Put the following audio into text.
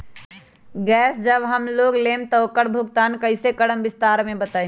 Gas जब हम लोग लेम त उकर भुगतान कइसे करम विस्तार मे बताई?